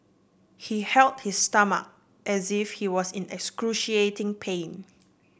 he held his stomach as if he was in excruciating pain